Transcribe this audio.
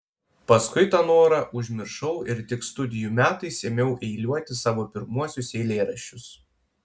paskui tą norą užmiršau ir tik studijų metais ėmiau eiliuoti savo pirmuosius eilėraščius